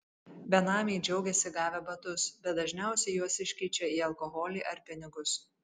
benamiai džiaugiasi gavę batus bet dažniausiai juos iškeičia į alkoholį ar pinigus